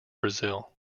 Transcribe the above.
brazil